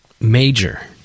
major